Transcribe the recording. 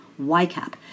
YCAP